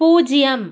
பூஜ்ஜியம்